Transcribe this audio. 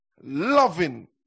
loving